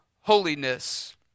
holiness